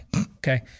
okay